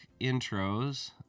intros